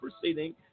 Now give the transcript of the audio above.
proceeding